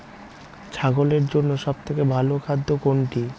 ছাগলের জন্য সব থেকে ভালো খাদ্য কোনটি?